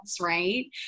right